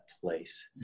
place